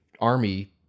army